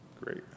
Great